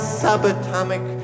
subatomic